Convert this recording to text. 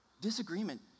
Disagreement